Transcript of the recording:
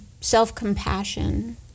self-compassion